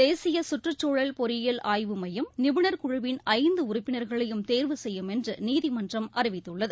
தேசியசுற்றுச்சூழல் பொறியியல் ஆய்வு மையம் நிபுணர் குழுவிள் ஐந்துஉறுப்பினர்களையும் தேர்வு செய்யும் என்றுநீதிமன்றம் அறிவித்துள்ளது